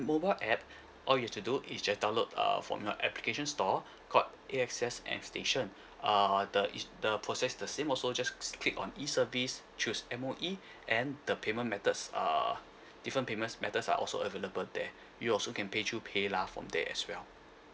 mobile app all you've to do is just download err from your application store called A_X_S M station uh the is the process the same also just click on E service choose M_O_E and the payment methods uh different payment methods are also available there you also can pay through paylah from there as well